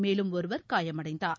மேலும் ஒருவர் காயமடைந்தார்